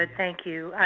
ah thank you.